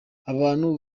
abantu